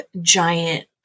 giant